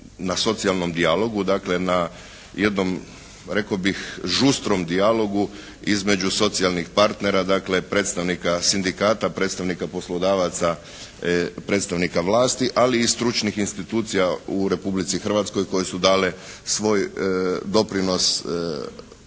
na socijalnom dijalogu, dakle na jednom rekao bih žustrom dijalogu između socijalnih partnera, dakle predstavnika sindikata, predstavnika poslodavaca, predstavnika vlasti, ali i stručnih institucija u Republici Hrvatskoj koje su dale svoj doprinos definiranju